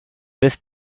this